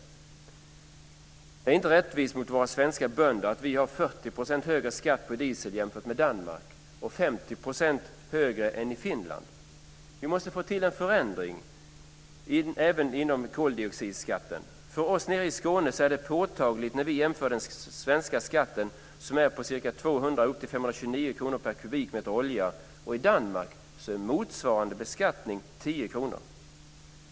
Det är inte rättvist mot våra svenska bönder att vi har 40 % högre skatt på diesel jämfört med Danmark och 50 % högre än i Finland. Vi måste få till stånd en förändring även när det gäller koldioxidskatten. För oss nere i Skåne är det påtagligt när vi jämför den svenska skatten, som är ca 200 och upp till 529 kronor per kubikmeter olja, med motsvarande skatt i Danmark som är 10 kronor.